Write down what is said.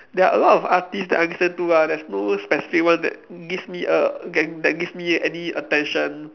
there are a lot of artistes that I listen to ah there's no specific one that gives me a get that gives me any attention